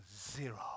zero